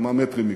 כמה מטרים מכאן,